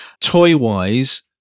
Toy-wise